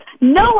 no